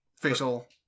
facial